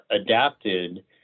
adapted